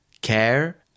Care